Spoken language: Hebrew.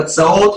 תצ"אות,